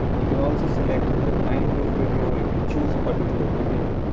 you can also select the kind of video you can choose a particular video